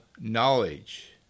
knowledge